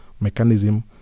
mechanism